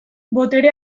botere